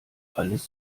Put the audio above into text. alles